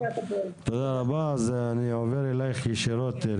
אני עובר ישירות אלייך,